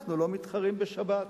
אנחנו לא מתחרים בשבת.